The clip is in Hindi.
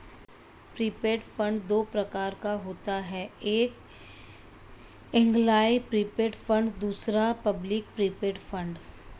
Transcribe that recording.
प्रोविडेंट फंड दो प्रकार का होता है एक एंप्लॉय प्रोविडेंट फंड दूसरा पब्लिक प्रोविडेंट फंड